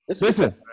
Listen